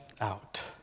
out